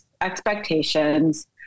expectations